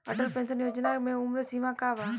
Atal pension Yojana मे उम्र सीमा का बा?